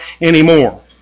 anymore